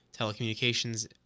telecommunications